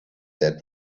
that